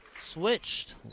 switched